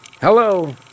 Hello